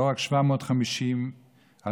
לא רק 750 אלמנות,